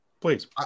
Please